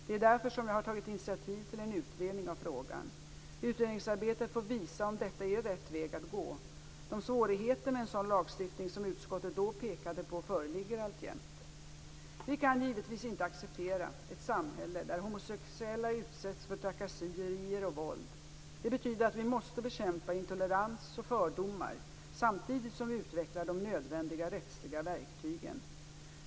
Det är därför som jag har tagit initiativ till en utredning av frågan. Utredningsarbetet får visa om detta är rätt väg att gå. De svårigheter med en sådan lagstiftning som utskottet då pekade på föreligger alltjämt. Vi kan givetvis inte acceptera ett samhälle där homosexuella utsätts för trakasserier och våld. Det betyder att vi måste bekämpa intolerans och fördomar samtidigt som vi utvecklar de nödvändiga rättsliga verktygen.